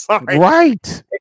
Right